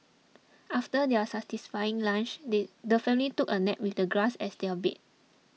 after their satisfying lunch they the family took a nap with the grass as their bed